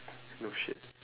no shit